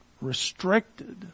restricted